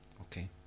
Okay